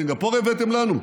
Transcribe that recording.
סינגפור הבאתם לנו?